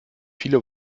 viele